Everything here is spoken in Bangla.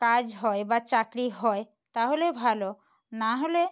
কাজ হয় বা চাকরি হয় তাহলে ভালো না হলে